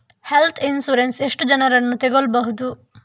Health insurance ಎಷ್ಟು ಜನರನ್ನು ತಗೊಳ್ಬಹುದು?